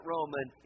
Roman